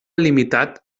limitat